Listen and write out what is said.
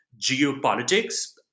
geopolitics